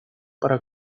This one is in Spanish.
para